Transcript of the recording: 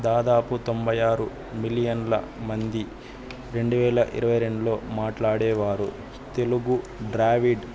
దాదాపు తొంబై ఆరు మిలియన్ల మంది రెండు వేల ఇరవై రెండులో మాట్లాడేవారు తెలుగు ద్రావిడ